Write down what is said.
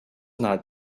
not